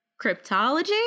cryptology